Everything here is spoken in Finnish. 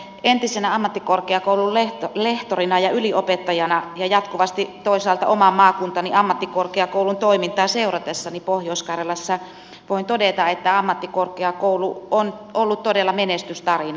entisenä ammattikorkeakoulun lehtorina ja yliopettajana ja jatkuvasti toisaalta oman maakuntani ammattikorkeakoulun toimintaa pohjois karjalassa seuranneena voin todeta että ammattikorkeakoulu on ollut todella menestystarina